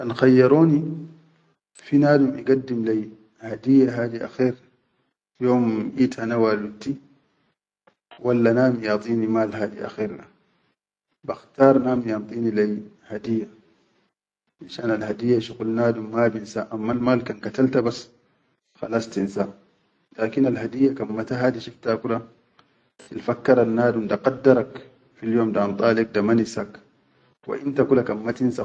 Kan khayyaroni fi nadum igaddim lai hadiyya hadi akher yom eid hana waludtti, walla nadum iyantini mal hadi akher da, bakhtar nadum iyantini lai hadiyya, finshan alhadiyya shuqul nadum mabinsa, ammal mal, kan katalta bas khalas tinsa, lakin alhadiyya kan mata hadi shifta kula tilfakkarannadum da qaddarak fil yom da anda lek da ma nisaak, wa inta kula kan ma.